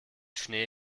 schnee